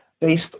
based